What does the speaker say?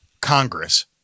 Congress